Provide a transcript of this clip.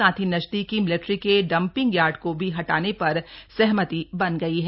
साथ ही नजदीकी मिलिट्री के डंपिंग यार्ड को भी हटाने पर सहमति बन गई है